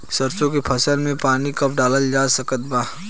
सरसों के फसल में पानी कब डालल जा सकत बा?